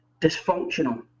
dysfunctional